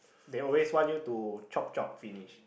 they always want you to chop chop finish